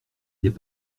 n’est